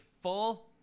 full